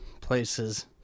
places